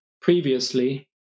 previously